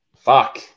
Fuck